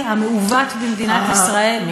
הצינור הזה שנותן לציבור במדינת ישראל את הזכויות,